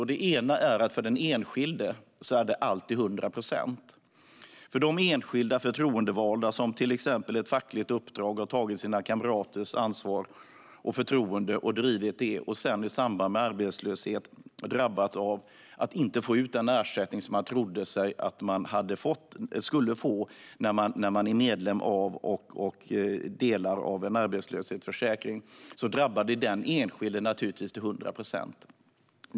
En sak är att det för den enskilde alltid handlar om 100 procent. De enskilda förtroendevalda, som till exempel genom ett fackligt uppdrag har fått sina kamraters förtroende att ta ansvar för att driva frågor och sedan i samband med arbetslöshet drabbas av att inte få ut den ersättning som de hade trott att de skulle få när de är medlemmar i en arbetslöshetskassa, drabbas naturligtvis till 100 procent.